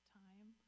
time